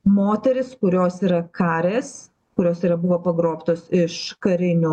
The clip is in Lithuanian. moteris kurios yra karės kurios yra buvo pagrobtos iš karinių